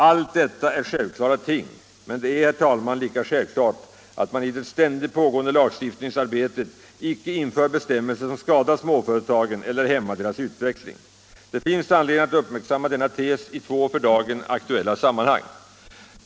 Allt detta är självklara ting. Men det är, herr talman, lika självklart att man i det ständigt pågående lagstiftningsarbetet icke inför bestämmelser som skadar småföretagen eller hämmar deras utveckling. Det finns anledning att uppmärksamma denna tes i två för dagen särskilt aktuella sammanhang.